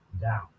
down